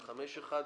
5(1)